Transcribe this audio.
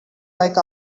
like